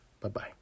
Bye-bye